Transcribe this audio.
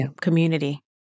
community